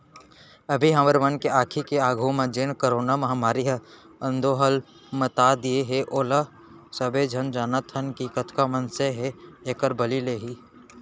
अभी हमर मन के आंखी के आघू म जेन करोना महामारी ह अंदोहल मता दिये हे ओला सबे झन जानत हन कि कतका मनसे के एहर बली लेही